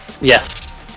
Yes